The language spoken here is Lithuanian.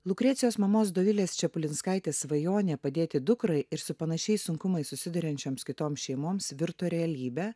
lukrecijos mamos dovilės čepulinskaitės svajonė padėti dukrai ir su panašiais sunkumais susiduriančioms kitoms šeimoms virto realybe